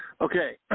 Okay